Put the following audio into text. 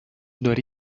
dori